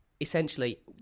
essentially